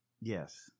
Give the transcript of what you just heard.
Yes